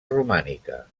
romànica